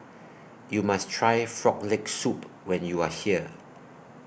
YOU must Try Frog Leg Soup when YOU Are here